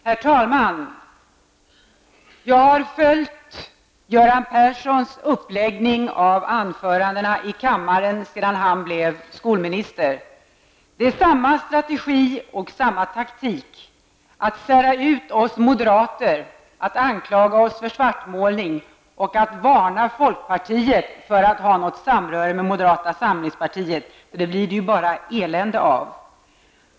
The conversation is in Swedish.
Herr talman! Jag har följt Göran Perssons uppläggning av anförandena i kammaren sedan han blev skolminister. Han använder hela tiden samma strategi och samma taktik. Den går ut på att sära ut oss moderater och att anklaga oss för svartmålning. Folkpartiet varnas för att ha något samröre med moderata samlingspartiet eftersom det bara skulle leda till elände.